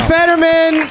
Fetterman